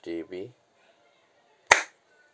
D_B